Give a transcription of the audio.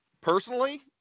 Personally